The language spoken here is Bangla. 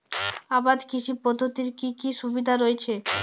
আবাদ কৃষি পদ্ধতির কি কি সুবিধা রয়েছে?